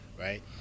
Right